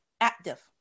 Active